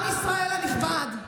עם ישראל הנכבד,